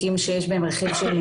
התקיפה החמורה הזו שאירעה ביפו,